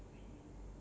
ya it's